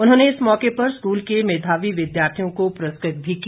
उन्होंने इस मौके पर स्कूल के मेधावी विद्यार्थियों को पुरस्कृत भी किया